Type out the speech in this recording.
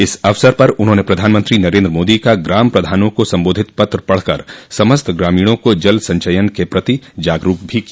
इस अवसर पर उन्होंने प्रधानमंत्री नरेन्द्र मोदी का ग्राम प्रधानों को सम्बोधित पत्र पढ़कर समस्त ग्रामीणों को जल संचयन के पति जागरूक भी किया